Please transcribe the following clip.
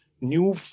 new